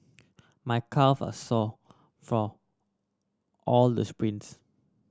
my calve are sore for all the sprints